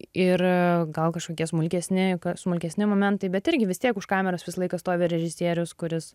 ir gal kažkokie smulkesni smulkesni momentai bet irgi vis tiek už kameros visą laiką stovi režisierius kuris